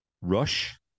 Rush